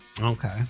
okay